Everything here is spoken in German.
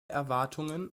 erwartungen